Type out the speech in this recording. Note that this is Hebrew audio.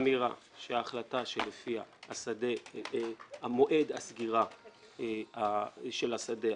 אני רק אומר שהאמירה שלפיה ההחלטה על מועד הסגירה של השדה,